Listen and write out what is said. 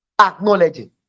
Acknowledging